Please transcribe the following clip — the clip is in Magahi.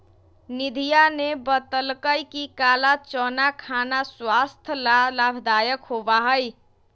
निधिया ने बतल कई कि काला चना खाना स्वास्थ्य ला लाभदायक होबा हई